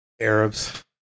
Arabs